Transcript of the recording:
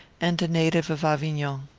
and a native of avignon.